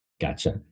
Gotcha